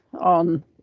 on